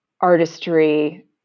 artistry